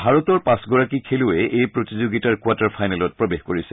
ভাৰতৰ পাঁচগৰাকী খেলুৱৈয়ে এই প্ৰতিযোগিতাৰ কোৱাৰ্টাৰ ফাইনেলত প্ৰৱেশ কৰিছে